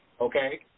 Okay